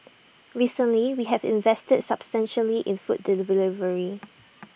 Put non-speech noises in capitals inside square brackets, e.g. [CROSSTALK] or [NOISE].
recently we have invested substantially in food [UNINTELLIGIBLE]